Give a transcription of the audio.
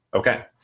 okay.